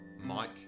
Mike